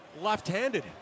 left-handed